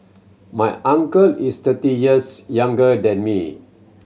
my uncle is thirty years younger than me